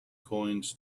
coins